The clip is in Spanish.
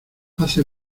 hace